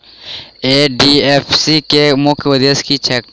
NDFSC केँ मुख्य उद्देश्य की छैक?